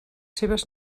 seves